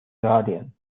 guardian